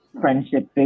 friendship